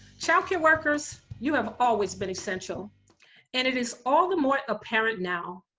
child care workers you have always been essential and it is all the more apparent now.